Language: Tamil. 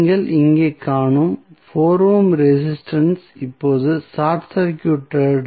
நீங்கள் இங்கே காணும் 4 ஓம் ரெசிஸ்டன்ஸ் இப்போது ஷார்ட் சர்க்யூட்டடு